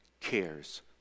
cares